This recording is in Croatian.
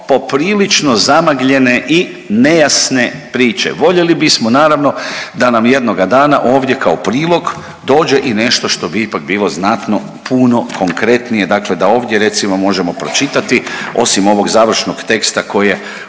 poprilično zamagljenje i nejasne priče. Voljeli bismo naravno da nam jednoga dana ovdje kao prilog dođe i nešto što bi ipak bilo znatno, puno konkretnije dakle da ovdje recimo možemo pročitati osim ovog završnog teksta koji je